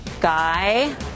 Guy